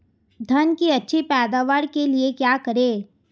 धान की अच्छी पैदावार के लिए क्या करें?